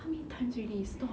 how many times already stop